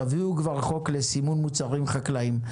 תביאו כבר חוק לסימון מוצרים חקלאיים.